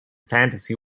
fantasy